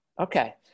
Okay